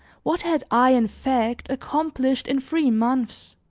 what had i, in fact, accomplished in three months!